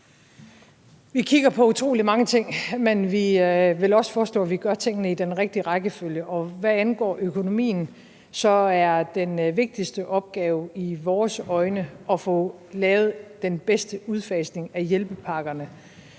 Vi kigger på utrolig mange ting, men vi vil også foreslå, at vi gør tingene i den rigtige rækkefølge. Hvad angår økonomien, er den vigtigste opgave i vores øjne at få lavet den bedste udfasning af hjælpepakkerne,